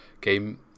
game